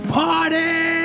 party